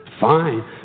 Fine